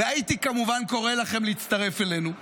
והייתי כמובן קורא לכם להצטרף אלינו,